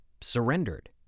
surrendered